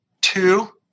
two